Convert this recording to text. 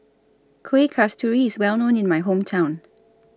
Kueh Kasturi IS Well known in My Hometown